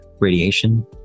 Radiation